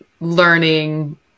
learning